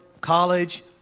college